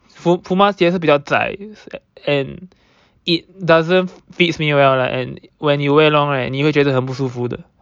Puma Puma 鞋是比较窄 and it doesn't fits me well lah and when you wear long right 你会觉得很不舒服的